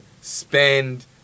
spend